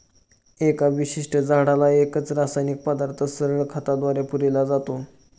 एका विशिष्ट झाडाला एकच रासायनिक पदार्थ सरळ खताद्वारे पुरविला जातो